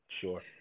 sure